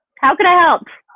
how can i help?